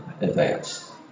advanced